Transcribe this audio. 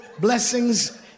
blessings